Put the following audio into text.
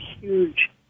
huge